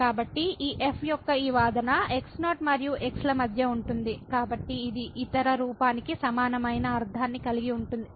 కాబట్టి ఈ f యొక్క ఈ వాదన x0 మరియు x ల మధ్య ఉంటుంది కాబట్టి ఇది ఇతర రూపానికి సమానమైన అర్ధాన్ని కలిగి ఉంటుంది